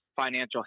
financial